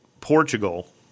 Portugal